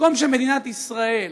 במקום שמדינת ישראל,